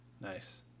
Nice